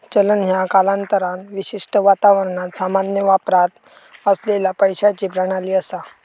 चलन ह्या कालांतरान विशिष्ट वातावरणात सामान्य वापरात असलेला पैशाची प्रणाली असा